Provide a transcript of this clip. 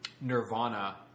Nirvana